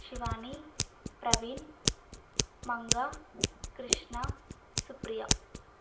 Shivani Praveen Manga Krishna Supriya